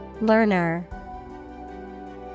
Learner